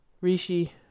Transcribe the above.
Rishi